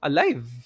Alive